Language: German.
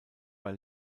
bei